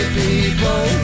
people